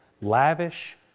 Lavish